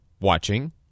watching